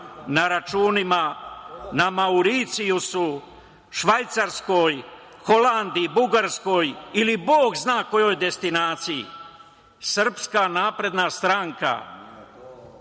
na računima na Mauricijusu, Švajcarskoj, Holandiji, Bugarskoj, ili Bog zna kojoj destinaciji. Srpska napredna stranka